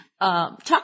Talk